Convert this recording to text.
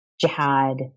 jihad